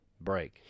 break